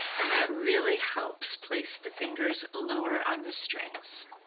and that really helps place the fingers lower on the strings.